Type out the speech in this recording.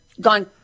gone